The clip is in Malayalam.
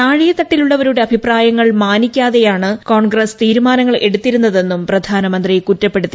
താഴെ തട്ടിലുള്ളവരുടെ അഭിപ്രായങ്ങൾ മാനിക്കാതെയാണ് കോൺഗ്രസ് തീരുമാനങ്ങൾ എടുത്തിരുന്നതെന്നും പ്രധാനമന്ത്രി കുറ്റപ്പെടുത്തി